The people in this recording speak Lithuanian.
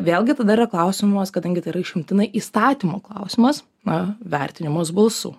vėlgi tada yra klausimas kadangi tai yra išimtinai įstatymų klausimas na vertinimas busų